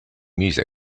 music